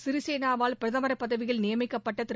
சிறிசேனாவால் பிரதமர் பதவியில் நியமிக்கப்பட்ட திரு